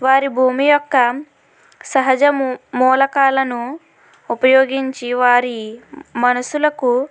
వారి భూమి యొక్క సహజ మూలకాలను ఉపయోగించి వారి మనసులకు